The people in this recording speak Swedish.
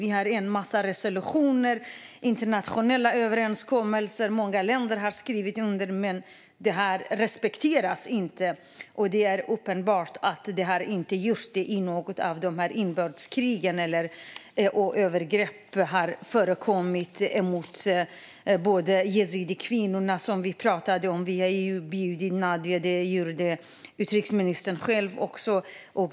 Vi har en massa resolutioner och internationella överenskommelser som många länder har skrivit under, men de respekteras inte. Det är uppenbart att de inte respekteras i något av de här inbördeskrigen. Övergrepp har förekommit mot yazidikvinnor, som Nadia Murad berättade om när hon träffade dåvarande utrikesministern.